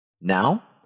Now